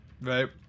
right